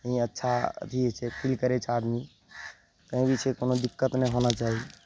बहुत ही अच्छा अथी होइ छै फील करय छै आदमी कहीं भी छै कोनो दिक्कत नहि होना चाही